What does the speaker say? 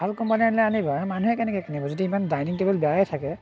ভাল কোম্পানী আনিলে আনিব আৰু মানুহে কেনেকৈ কিনিব যদি ইমান ডাইনিং টেবুল বেয়াই থাকে